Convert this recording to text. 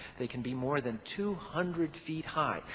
they can be more than two hundred feet high.